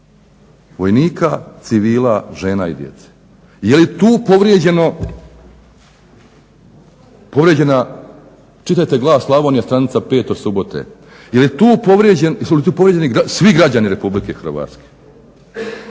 vojnika, civila, žena i djece. Je li tu povrijeđena, čitajte "Glas Slavonije" str. 5. od subote, jesu li tu povrijeđeni svi građani RH? Pa nitko